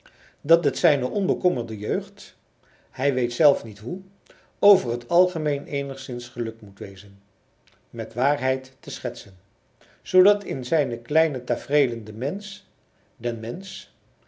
dat het zijner onbekommerde jeugd hij weet zelf niet hoe over het algemeen eenigszins gelukt moet wezen met waarheid te schetsen zoodat in zijne kleine tafereelen de mensch den mensch